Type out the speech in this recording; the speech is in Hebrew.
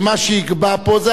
או הפוליטיים,